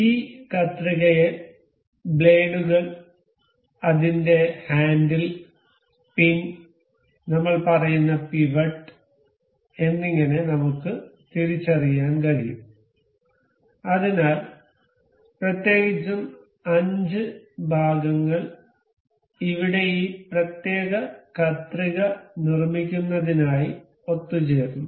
ഈ കത്രികയെ ബ്ലേഡുകൾ അതിന്റെ ഹാൻഡിൽ പിൻ നമ്മൾ പറയുന്ന പിവറ്റ് എന്നിങ്ങനെ നമുക്ക് തിരിച്ചറിയാൻ കഴിയും അതിനാൽ പ്രത്യേകിച്ചും 5 ഭാഗങ്ങൾ ഇവിടെ ഈ പ്രത്യേക കത്രിക നിർമ്മിക്കുന്നതിനായി ഒത്തുചേർന്നു